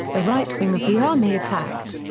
the right wing of the army attacked.